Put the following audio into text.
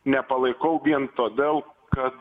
nepalaikau vien todėl kad